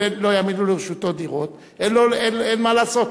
אם לא יעמידו לרשותו דירות, אין מה לעשות.